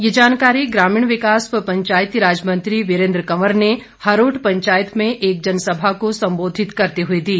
ये जानकारी ग्रामीण विकास व पंचायती राज मंत्री विरेंद्र कंवर ने हरोट पंचायत में एक जनसभा को संबोधित करते हुए दी